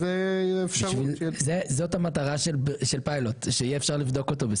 זוהי המטרה של פיילוט: שיהיה אפשר לבדוק אותו,